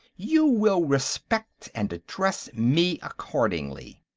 you will respect, and address, me accordingly.